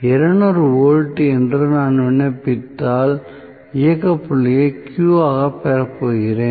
200 volt என்று நான் விண்ணப்பித்தால் இயக்க புள்ளியை Q ஆகப் பெறப்போகிறேன்